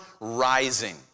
rising